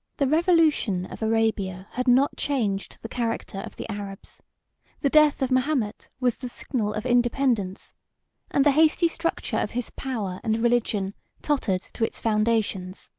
the revolution of arabia had not changed the character of the arabs the death of mahomet was the signal of independence and the hasty structure of his power and religion tottered to its foundations.